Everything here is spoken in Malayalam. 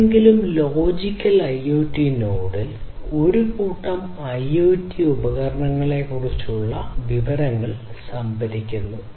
ഏതെങ്കിലും ലോജിക്കൽ IoT നോഡിൽ ഒരു കൂട്ടം IoT ഉപകരണങ്ങളെക്കുറിച്ചുള്ള വിവരങ്ങൾ സംഭരിക്കുന്നു